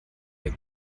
der